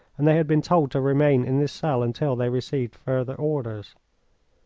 and they had been told to remain in this cell until they received further orders.